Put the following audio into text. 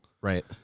Right